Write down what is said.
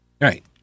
Right